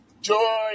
Joy